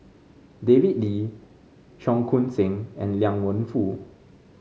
David Lee Cheong Koon Seng and Liang Wenfu